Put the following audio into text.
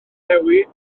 newid